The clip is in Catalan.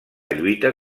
lluita